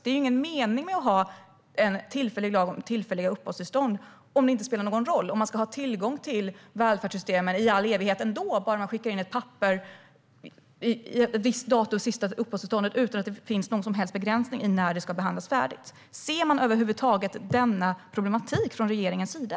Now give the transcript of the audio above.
Det är ju ingen mening med att ha en tillfällig lag om tillfälliga uppehållstillstånd om det inte spelar någon roll, om man ändå har tillgång till välfärdssystemen i all evighet bara man skickar in ett papper ett visst datum utan att det finns någon som helst begränsning av när det ska ha behandlats färdigt. Ser man över huvud taget denna problematik från regeringens sida?